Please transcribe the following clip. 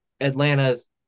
Atlanta's